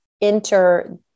enter